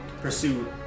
pursue